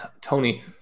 Tony